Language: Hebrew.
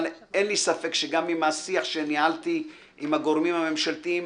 אבל אין לי ספק שגם עם השיח שניהלתי עם הגורמים הממשלתיים